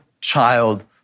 child